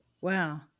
Wow